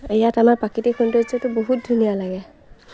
ইয়াত আমাৰ প্ৰাকৃতিক সৌন্দৰ্যটো বহুত ধুনীয়া লাগে